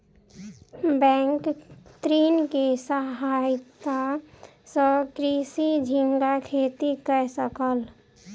bank ऋण के सहायता सॅ कृषक झींगा खेती कय सकल